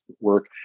work